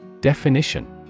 Definition